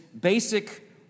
basic